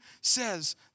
says